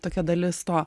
tokia dalis to